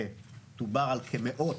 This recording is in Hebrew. דובר על כמאות,